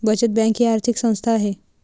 बचत बँक ही आर्थिक संस्था आहे